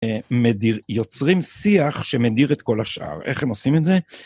יוצרים שיח שמדיר את כל השאר. איך הם עושים את זה?